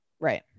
Right